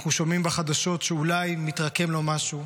אנחנו שומעים בחדשות שאולי מתרקם לו משהו,